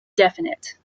definite